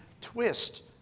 twist